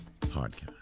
podcast